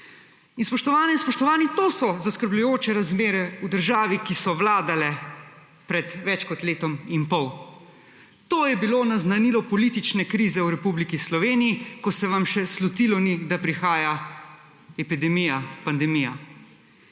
Spoštovani in spoštovane! To so zaskrbljujoče razmere v državi, ki so vladale pred več kot letom in pol. To je bilo naznanilo politične krize v Republiki Sloveniji, ko se vam še slutilo ni, da prihaja epidemija, pandemija.